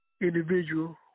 individual